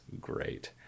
great